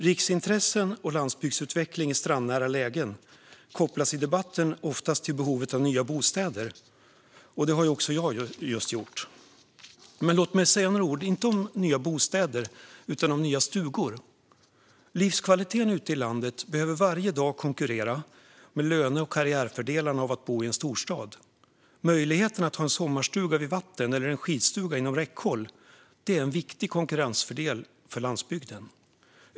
Riksintressen och landsbygdsutveckling i strandnära lägen kopplas i debatten oftast till behovet av nya bostäder, vilket även jag just gjort. Men låt mig säga några ord, inte om nya bostäder utan om nya stugor. Livskvaliteten ute i landet behöver varje dag konkurrera med löne och karriärfördelarna av att bo i en storstad. Möjligheten att ha en sommarstuga vid vatten eller en skidstuga inom räckhåll är en viktig konkurrensfördel för landsbygden.